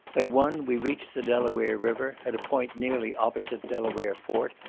at one, we reached the delaware river, at a point nearly opposite delaware fort,